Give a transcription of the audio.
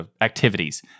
activities